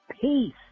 Peace